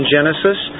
Genesis